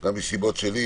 גם מסיבות שלי,